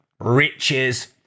riches